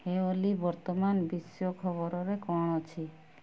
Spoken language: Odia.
ହେ ଓଲି ବର୍ତ୍ତମାନ ବିଶ୍ୱ ଖବରରେ କ'ଣ ଅଛି